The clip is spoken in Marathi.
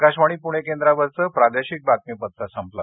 आकाशवाणी पुणे केंद्रावरचं प्रादेशिक बातमीपत्र संपलं